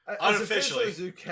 unofficially